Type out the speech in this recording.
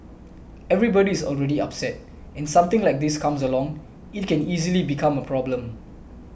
everybody is already upset and something like this comes along it can easily become a problem